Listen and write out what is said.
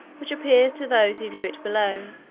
which appears to those who view it below,